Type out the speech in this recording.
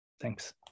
Thanks